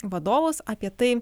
vadovus apie tai